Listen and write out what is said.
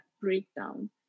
breakdown